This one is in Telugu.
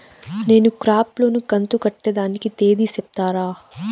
నేను క్రాప్ లోను కంతు కట్టేదానికి తేది సెప్తారా?